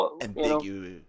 Ambiguous